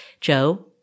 Joe